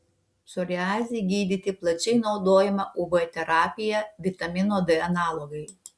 psoriazei gydyti plačiai naudojama uv terapija vitamino d analogai